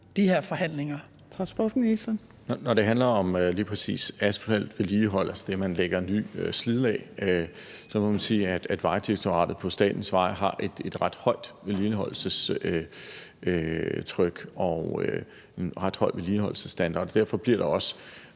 Når det handler om lige præcis asfalt, vedligehold af anlæg og nye slidlag, må man sige, at Vejdirektoratet på statens veje har et ret højt vedligeholdelsestryk og ret høje vedligeholdelsesstandarder,